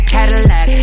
Cadillac